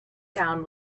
town